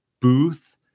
booth